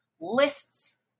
lists